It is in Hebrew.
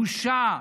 בושה.